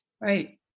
Right